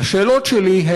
השאלות שלי: